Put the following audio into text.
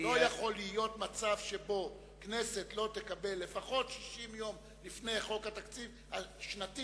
לא יכול להיות מצב שהכנסת לא תקבל לפחות 60 יום לפני חוק התקציב השנתי,